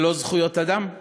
זה לא זכויות אדם.